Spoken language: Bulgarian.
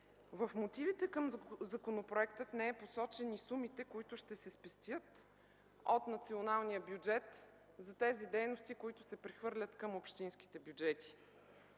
В мотивите към законопроекта не са посочени и сумите, които ще се спестят от националния бюджет за тези дейности, които се прехвърлят към общинските бюджети,